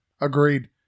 agreed